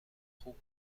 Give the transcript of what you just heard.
خوب